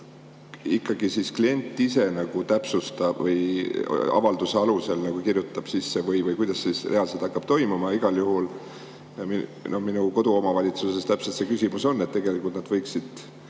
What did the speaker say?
ikkagi klient ise täpsustab või avalduse alusel kirjutab [end] sisse või kuidas see reaalselt hakkab toimuma. Igal juhul minu koduomavalitsuses täpselt see [mõte] on, et tegelikult nad võiksid